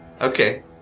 Okay